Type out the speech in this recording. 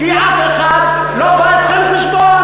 כי אף אחד לא בא אתכם חשבון.